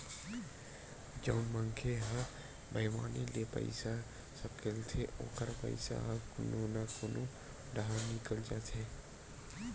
जउन मनखे ह बईमानी ले पइसा सकलथे ओखर पइसा ह कोनो न कोनो डाहर निकल जाथे